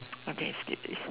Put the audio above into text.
okay skip this